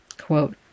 Quote